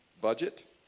budget